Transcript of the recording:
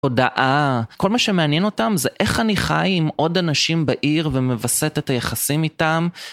הודעה. כל מה שמעניין אותם זה איך אני חי עם עוד אנשים בעיר ומווסת את היחסים איתם.